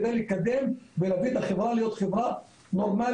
על מנת לקדם ולהביא את החברה להיות חברה נורמלית,